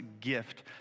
gift